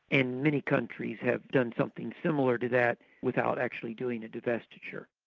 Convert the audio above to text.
and many countries have done something similar to that without actually doing a divestiture.